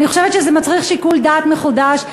אני חושבת שזה מצריך שיקול דעת מחודש,